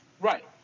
Right